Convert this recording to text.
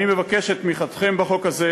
אני מבקש את תמיכתם בחוק הזה,